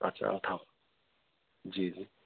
अच्छा अथव जी जी